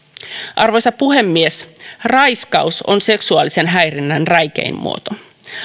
arvoisa puhemies raiskaus on seksuaalisen häirinnän räikein muoto